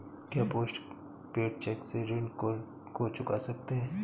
क्या post paid cheque से ऋण को चुका सकते हैं?